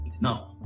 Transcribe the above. no